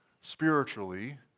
spiritually